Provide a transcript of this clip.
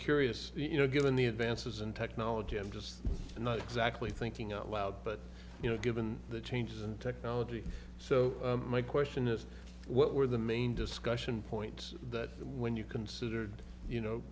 curious you know given the advances in technology i'm just not exactly thinking out loud but you know given the changes in technology so my question is what were the main discussion points that when you considered you know